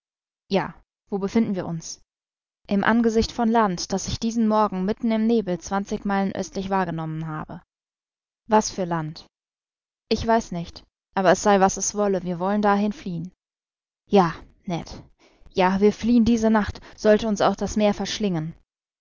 ja wo befinden wir uns im angesicht von land das ich diesen morgen mitten im nebel zwanzig meilen östlich wahrgenommen habe was für land ich weiß nicht aber es sei was es wolle wir wollen dahin fliehen ja ned ja wir fliehen diese nacht sollte uns auch das meer verschlingen